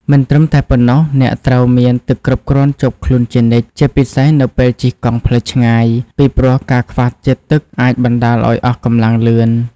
មិនត្រឹមតែប៉ុណ្ណោះ អ្នកត្រូវមានទឹកគ្រប់គ្រាន់ជាប់ខ្លួនជានិច្ច ជាពិសេសនៅពេលជិះកង់ផ្លូវឆ្ងាយ ពីព្រោះការខ្វះជាតិទឹកអាចបណ្តាលឱ្យអស់កម្លាំងលឿន។